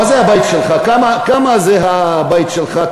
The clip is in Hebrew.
מה זה הבית שלך, כמה זה הבית שלך?